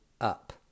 up